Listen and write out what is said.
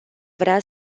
vrea